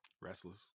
restless